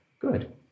Good